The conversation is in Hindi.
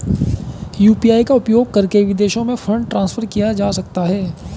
यू.पी.आई का उपयोग करके विदेशों में फंड ट्रांसफर किया जा सकता है?